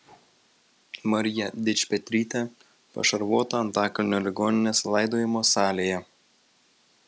marija dičpetrytė pašarvota antakalnio ligoninės laidojimo salėje